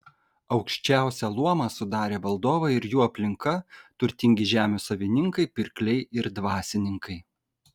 aukščiausią luomą sudarė valdovai ir jų aplinka turtingi žemių savininkai pirkliai ir dvasininkai